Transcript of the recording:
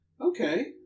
Okay